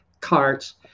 carts